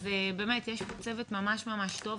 אז באמת יש פה צוות ממש ממש טוב.